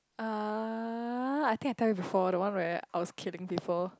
uh I think I tell you before the one where I was killing people